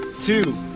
two